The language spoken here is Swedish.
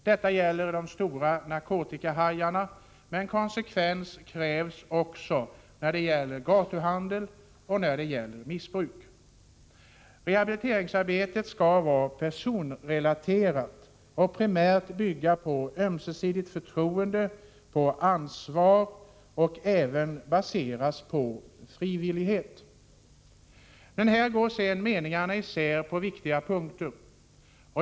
Detta gäller de stora narkotikahajarna, men konsekvens krävs också när det gäller gatuhandel och när det gäller missbruk. Rehabiliteringsarbetet skall vara personrelaterat och primärt bygga på ömsesidigt förtroende och ansvar och även baseras på frivillighet. Här går sedan meningarna isär på viktiga punkter.